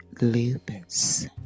Lupus